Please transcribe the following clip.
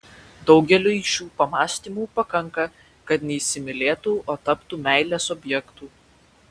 daugeliui šių pamąstymų pakanka kad neįsimylėtų o taptų meilės objektu